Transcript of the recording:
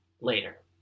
later